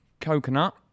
coconut